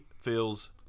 feels